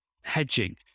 hedging